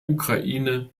ukraine